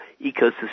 ecosystem